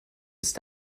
ist